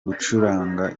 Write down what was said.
gucuranga